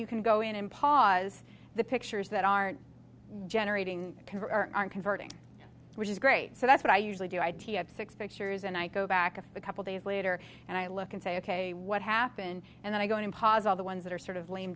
you can go in and pas the pictures that are generating can or are converting which is great so that's what i usually do i tee up six pictures and i go back of a couple days later and i look and say ok what happened and then i go in and pause on the ones that are sort of lame